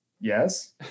Yes